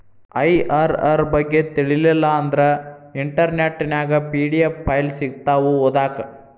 IRR ಬಗ್ಗೆ ತಿಳಿಲಿಲ್ಲಾ ಅಂದ್ರ ಇಂಟರ್ನೆಟ್ ನ್ಯಾಗ ಪಿ.ಡಿ.ಎಫ್ ಫೈಲ್ ಸಿಕ್ತಾವು ಓದಾಕ್